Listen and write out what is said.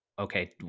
okay